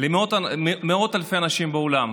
למאות אלפי אנשים בעולם,